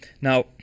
now